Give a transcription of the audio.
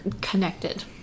connected